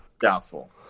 Doubtful